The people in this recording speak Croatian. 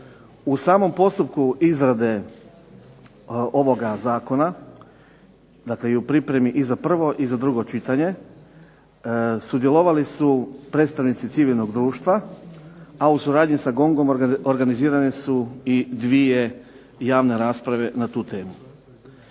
U samom postupku izrade ovoga Zakona dakle i u pripremi i za prvo i drugo čitanje, sudjelovali su predstavnici civilnog društva, a u suradnji sa GONG-om organizirane su dvije javne rasprave na tu temu.